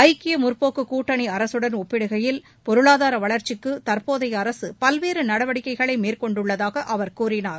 ஐக்கிய முற்போக்கு கூட்டணி அரசுடன் ஒப்பிடுகையில் பொருளாதார வளர்ச்சிக்கு தற்போதைய அரசு பல்வேறு நடவடிக்கைகளை மேற்கொண்டுள்ளதாக அவர் கூறினார்